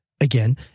again